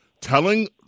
telling